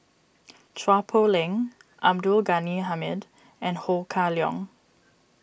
Chua Poh Leng Abdul Ghani Hamid and Ho Kah Leong